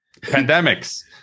pandemics